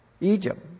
Egypt